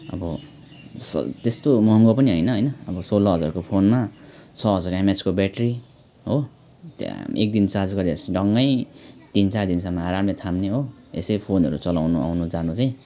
अब असल त्यस्तो महँगो पनि हैन हैन अब सोह्र हजारको फोनमा छ हजार एमएचको ब्याट्री हो त्याँ एक दिन चार्ज गरेपछि डङ्ङै तिनचार दिनसम्म आरामले थाम्ने हो यसै फोनहरू चलाउनु आउनु जानु चाहिँ